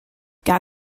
gar